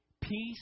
peace